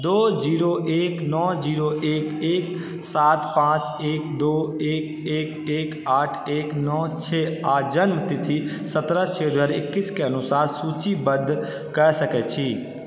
दो जीरो एक नओ जीरो एक एक सात पाँच एक दो एक एक एक आठ एक नओ छओ आ जन्म तिथि सत्रह छओ दो हजार इक्कीस के अनुसार सूचीबद्ध कऽ सकैत छी